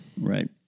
Right